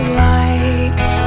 light